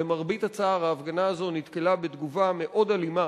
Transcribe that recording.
למרבה הצער, ההפגנה הזאת נתקלה בתגובה מאוד אלימה